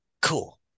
cool